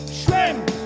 shrimp